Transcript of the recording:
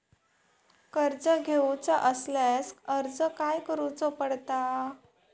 कर्ज घेऊचा असल्यास अर्ज खाय करूचो पडता?